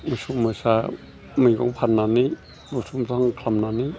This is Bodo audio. मोसौ मोसा मैगं फान्नानै बुथुम बुथाम खालामनानै